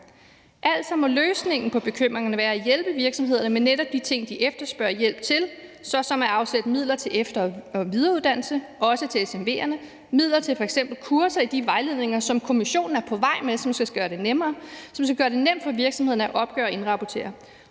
Altså må løsningen på bekymringerne være at hjælpe virksomhederne med netop de ting, de efterspørger hjælp til, såsom at afsætte midler til efter- og videreuddannelse, også til SMV'erne, og midler til f.eks. kurser i de vejledninger, som Kommissionen er på vej med, og som skal gøre det nemt for virksomhederne at opgøre og indrapportere